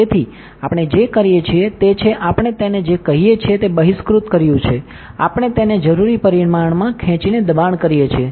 તેથી આપણે જે કરીએ છીએ તે છે આપણે તેને જે કહીએ છીએ તે બહિષ્કૃત કર્યું છે આપણે તેને જરૂરી પરિમાણમાં ખેંચીને દબાણ કરીએ છીએ